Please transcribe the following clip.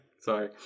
Sorry